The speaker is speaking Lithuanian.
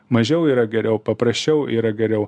mažiau yra geriau paprasčiau yra geriau